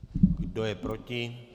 Kdo je proti?